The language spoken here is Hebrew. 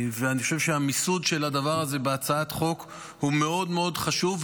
אני חושב שהמיסוד של הדבר הזה בהצעת חוק הוא מאוד מאוד חשוב,